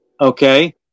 Okay